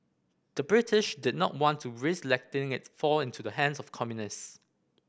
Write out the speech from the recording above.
the British did not want to risk letting it's fall into the hands of communists